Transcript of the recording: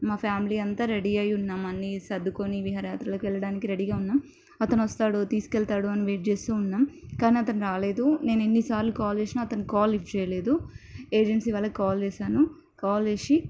మా ఫామిలీ అంతా రెడీ అయ్యి ఉన్నాము అన్ని సర్దుకొని విహారయాత్రలకు వెళ్ళడానికి రెడీగా ఉన్నాం అతను వస్తాడు తీసుకెళ్తాడు అని వెయిట్ చేస్తూ ఉన్నాం కానీ అతను రాలేదు నేను ఎన్ని సార్లు కాల్ చేసినా అతను కాల్ లిఫ్ట్ చేయలేదు ఏజెన్సీ వాళ్ళకి కాల్ చేసాను కాల్ చేసి